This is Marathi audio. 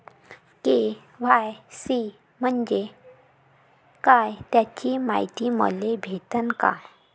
के.वाय.सी म्हंजे काय त्याची मायती मले भेटन का?